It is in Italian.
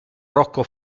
rocco